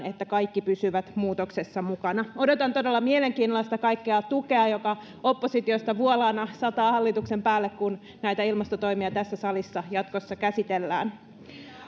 että kaikki pysyvät muutoksessa mukana odotan todella mielenkiinnolla sitä kaikkea tukea joka oppositiosta vuolaana sataa hallituksen päälle kun näitä ilmastotoimia tässä salissa jatkossa käsitellään